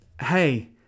hey